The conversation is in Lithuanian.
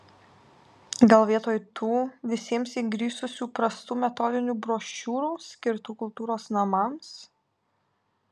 gal vietoj tų visiems įgrisusių prastų metodinių brošiūrų skirtų kultūros namams